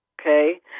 Okay